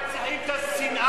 אתם מנציחים את השנאה הזאת.